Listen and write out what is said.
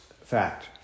fact